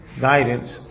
guidance